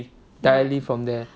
directly from there